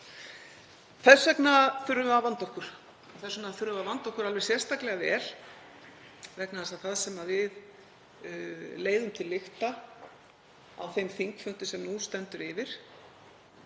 Þess vegna þurfum við að vanda okkur og þess vegna þurfum við að vanda okkur alveg sérstaklega mikið vegna þess að það sem við leiðum til lykta, á þeim þingfundi sem nú stendur yfir,